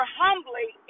humbly